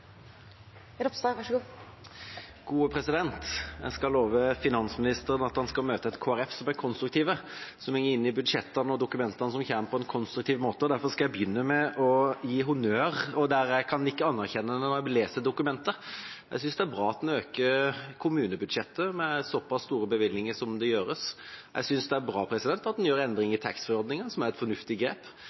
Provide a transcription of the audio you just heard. Jeg skal love finansministeren at han skal møte et Kristelig Folkeparti som er konstruktivt, som går inn i budsjettene og dokumentene som kommer, på en konstruktiv måte. Derfor skal jeg begynne med å gi honnør der jeg kan nikke anerkjennende når jeg leser dokumentet. Jeg synes det er bra at en øker kommunebudsjettet med såpass store bevilgninger som en gjør. Jeg synes det er bra at en gjør endringer i taxfree-ordningen, som er et fornuftig grep.